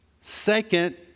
Second